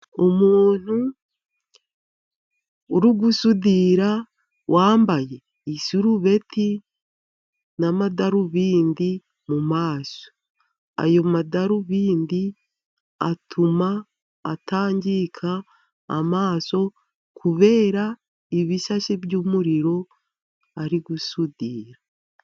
Umuntu uri gusudira, wambaye isurubeti n'amadarubindi mu maso. Ayo madarubindi atuma atangirika amaso, kubera ibisashi by'umuriro ari gusudira.